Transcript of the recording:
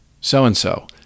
so-and-so